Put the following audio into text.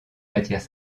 matières